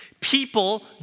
People